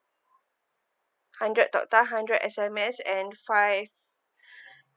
hundred talk time hundred S_M_S and five